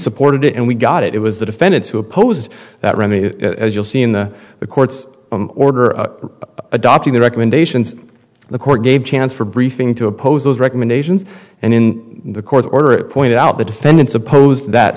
supported it and we got it it was the defendants who opposed that ronnie as you'll see in the court's order adopting the recommendations the court gave chance for briefing to oppose those recommendations and in the court order it pointed out the defendants opposed that